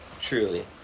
truly